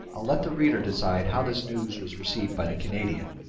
i'll let the reader decide how this news was received by the canadian.